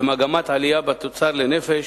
במגמת עלייה בתוצר לנפש